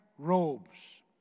robes